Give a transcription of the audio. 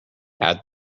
add